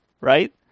right